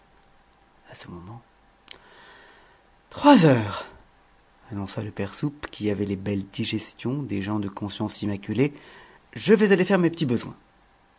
à ce moment trois heures annonça le père soupe qui avait les belles digestions des gens de conscience immaculée je vais aller faire mes petits besoins